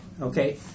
Okay